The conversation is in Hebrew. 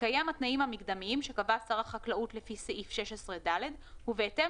בהתקיים התנאים המקדמיים שקבע שר החקלאות לפי סעיף 16(ד) ובהתאם